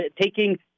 taking